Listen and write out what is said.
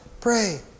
Pray